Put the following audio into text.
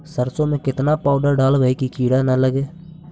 सरसों में केतना पाउडर डालबइ कि किड़ा न लगे?